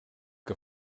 que